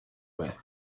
way